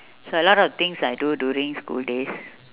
so a lot of things I do during school days